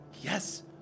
Yes